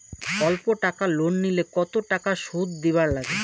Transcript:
অল্প টাকা লোন নিলে কতো টাকা শুধ দিবার লাগে?